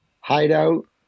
hideout